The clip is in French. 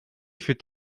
fut